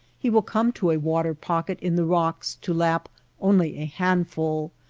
he will come to a water pocket in the rocks to lap only a handful,